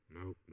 No